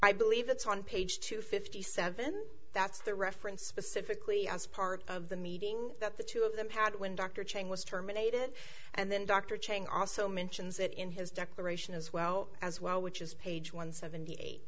i believe it's on page two fifty seven that's the reference specifically as part of the meeting that the two of them had when dr chain was terminated and then dr chang also mentions it in his declaration as well as well which is page one seventy eight